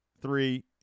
three